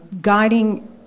guiding